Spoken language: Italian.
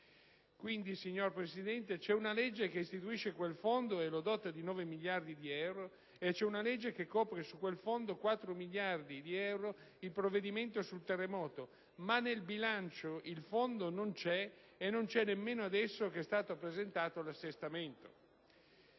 Quindi, signora Presidente, c'è una legge che istituisce quel Fondo e lo dota di 9 miliardi di euro, c'è una legge che copre su quel Fondo per 4 miliardi di euro il provvedimento sul terremoto, ma nel bilancio il Fondo non c'è e non c'è nemmeno adesso che è stato presentato l'assestamento.